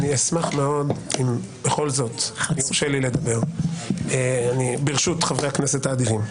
אני אשמח מאוד אם בכל זאת יורשה לי לדבר ברשות חברי הכנסת האדיבים.